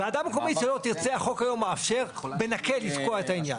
ועדה מקומית שלא תרצה החוק היום מאפשר בנקל לתקוע את העניין.